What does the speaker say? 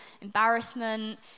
embarrassment